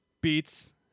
Beats